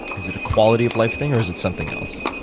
is it a quality-of-life thing, or is it something else?